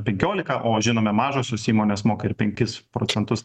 penkiolika o žinome mažosios įmonės moka ir penkis procentus